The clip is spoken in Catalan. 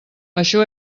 això